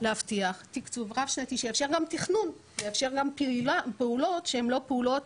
להבטיח תקצוב רב שנתי שיאפשר גם תכנון ויאפשר גם פעולות שהן לא פעולות